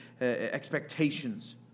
expectations